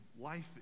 Life